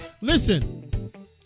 listen